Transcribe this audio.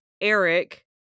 Eric